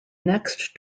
next